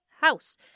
house